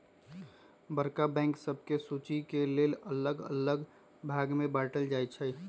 बड़का बैंक सभके सुचि के लेल अल्लग अल्लग भाग में बाटल जाइ छइ